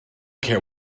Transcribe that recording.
care